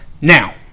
Now